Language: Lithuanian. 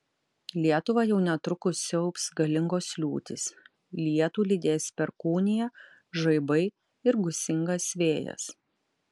lietuvą jau netrukus siaubs galingos liūtys lietų lydės perkūnija žaibai ir gūsingas vėjas